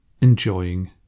Enjoying